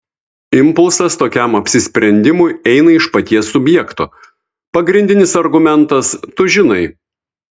impulsas tokiam apsisprendimui eina iš paties subjekto pagrindinis argumentas tu žinai